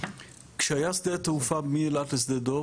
כשהיה שדה התעופה מאילת לשדה דוב,